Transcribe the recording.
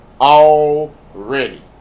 already